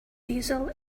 diesel